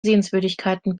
sehenswürdigkeiten